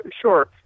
Sure